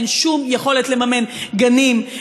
אין שום יכולת לממן גנים,